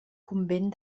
convent